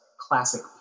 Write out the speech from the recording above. classic